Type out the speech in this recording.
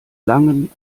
langen